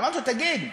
תגיד,